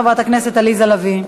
חברת הכנסת עליזה לביא.